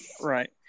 Right